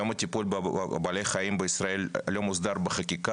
היום הטיפול באמצעות בעלי חיים בישראל לא מוסדר בחקיקה